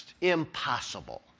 Impossible